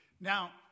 Now